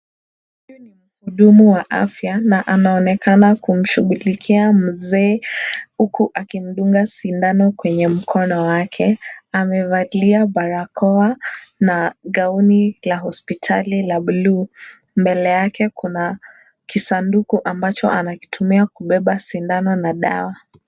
Huyu ni mhudumu wa afya na anaonekana kumshughulikia mzee huku akimdunga sindano kwenye mkono wake. Amevalia barakoa na gauni la hospitali la blue . Mbele yake kuna kisanduku ambacho anakitumia kubeba sindano na dawa.